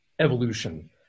evolution